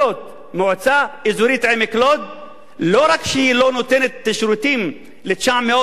מועצה אזורית עמק לוד לא רק שהיא לא נותנת שירותים ל-900 נפשות,